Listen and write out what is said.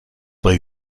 bei